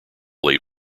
late